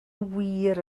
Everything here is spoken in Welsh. wir